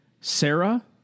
Sarah